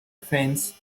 fence